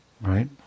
Right